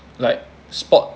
like spot